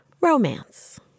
romance